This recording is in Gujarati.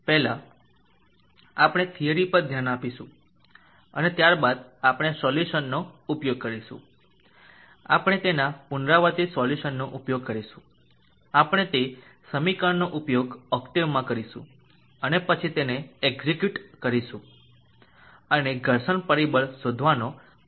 પહેલા આપણે થિયરી પર ધ્યાન આપીશું અને ત્યારબાદ આપણે સોલ્યુશનનો ઉપયોગ કરીશું આપણે તેના પુનરાવર્તિત સોલ્યુશનનો ઉપયોગ કરીશું આપણે તે સમીકરણનો ઉપયોગ ઓક્ટેવમાં કરીશું અને તે પછી એક્ઝિક્યુટ કરીશું અને ઘર્ષણ પરિબળ શોધવાનો પ્રયત્ન કરીશું